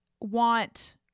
want